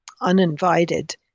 uninvited